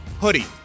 hoodie